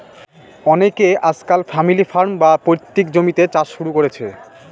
অনকে আজকাল family farm, বা পৈতৃক জমিতে চাষ শুরু করেছে